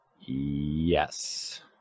Yes